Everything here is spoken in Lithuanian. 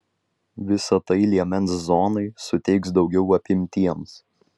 visa tai liemens zonai suteiks daugiau apimtiems